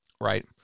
Right